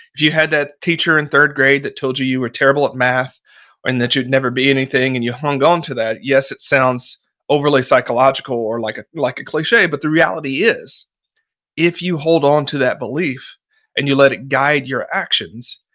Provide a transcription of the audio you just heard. if you had that teacher in third grade that told you you were terrible at math and that you'd never be anything and you hung onto that, yes, it sounds overly psychological or like ah like a cliche, but the reality is if you hold onto that belief and you let it guide your actions,